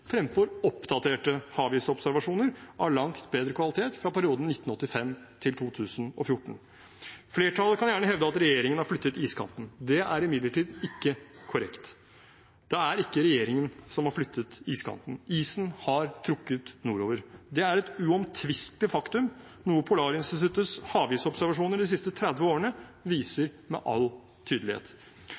fremfor oppdaterte havisobservasjoner av langt bedre kvalitet fra perioden 1985–2014. Flertallet kan gjerne hevde at regjeringen har flyttet iskanten. Det er imidlertid ikke korrekt. Det er ikke regjeringen som har flyttet iskanten. Isen har trukket nordover. Det er et uomtvistelig faktum, noe Polarinstituttets havobservasjoner de siste 30 årene viser med all tydelighet.